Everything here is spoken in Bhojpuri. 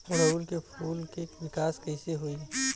ओड़ुउल के फूल के विकास कैसे होई?